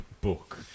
book